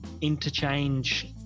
interchange